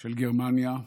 של גרמניה,